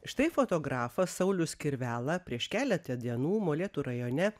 štai fotografas saulius kirvela prieš keletą dienų molėtų rajone